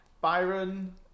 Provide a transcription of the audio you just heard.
Byron